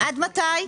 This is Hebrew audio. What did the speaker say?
עד מתי?